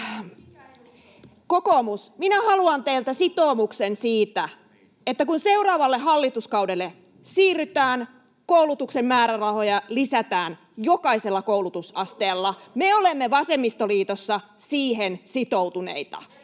Kokoomus, minä haluan teiltä sitoumuksen siitä, että kun seuraavalle hallituskaudelle siirrytään, koulutuksen määrärahoja lisätään jokaisella koulutusasteella. Me olemme vasemmistoliitossa siihen sitoutuneita.